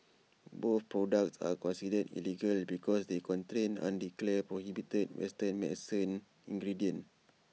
both products are considered illegal because they contain undeclared prohibited western medicinal ingredients